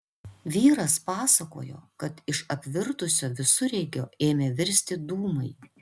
vyras pasakojo kad iš apvirtusio visureigio ėmė virsti dūmai